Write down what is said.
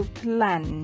plan